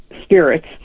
spirits